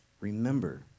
remember